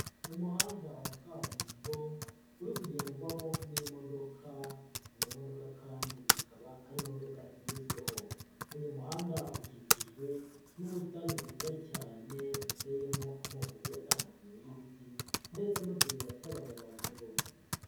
Umuhanda wa kaburimbo uri kugenrwamo n'imodoka, iyo modoka kandi ikaba ari imodoka igezweho, uyu muhanda ukikijwe n'ubusitani bwiza cyane buteyemo amogi atandukanye y'ibiti ndetse n'utuyira tw'abanyamaguru.